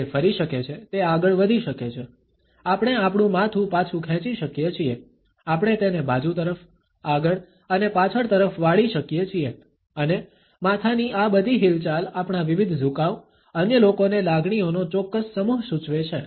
તે ફરી શકે છે તે આગળ વધી શકે છે આપણે આપણું માથું પાછું ખેંચી શકીએ છીએ આપણે તેને બાજુ તરફ આગળ અને પાછળ તરફ વાળી શકીએ છીએ અને માથાની આ બધી હિલચાલ આપણા વિવિધ ઝુકાવ અન્ય લોકોને લાગણીઓનો ચોક્કસ સમૂહ સૂચવે છે